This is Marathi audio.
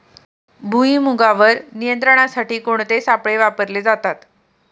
भुईमुगावर नियंत्रणासाठी कोणते सापळे वापरले जातात?